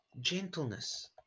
gentleness